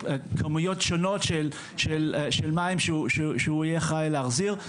כמויות שונות של מים שהוא יהיה אחראי להחזיר,